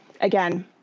Again